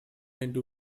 into